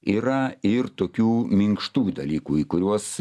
yra ir tokių minkštų dalykų į kuriuos